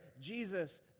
Jesus